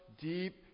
deep